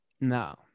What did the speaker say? No